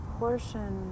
portion